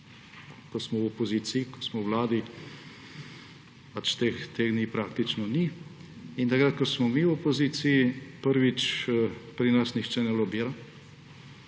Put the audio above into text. ko smo v opoziciji. Ko smo v vladi, teh dni praktično ni. In ko smo mi v opoziciji, prvič, pri nas nihče ne lobira.